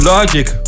Logic